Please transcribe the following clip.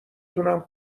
تونم